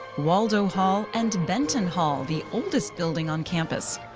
waldo hall and benton hall, the oldest building on campus.